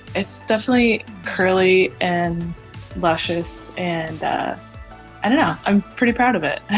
it's definitely curly and luscious and i don't know, i'm pretty proud of it.